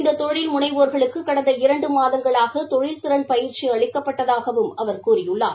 இந்த தொழில் முனைவோா்களுக்கு கடந்த இரண்டு மாதங்களாக தொழில்திறன் பயிற்சி அளிக்கப்பட்டதாகவும் அவர் கூறியுள்ளார்